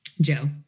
Joe